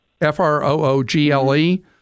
F-R-O-O-G-L-E